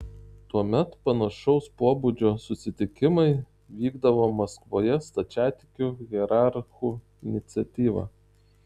tuomet panašaus pobūdžio susitikimai vykdavo maskvoje stačiatikių hierarchų iniciatyva